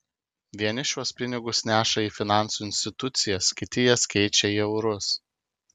vieni šiuos pinigus neša į finansų institucijas kiti jas keičia į eurus